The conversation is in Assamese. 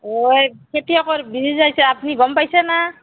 অ' এই খেতিয়কৰ বীজ আহিছে আপুনি গম পাইছে না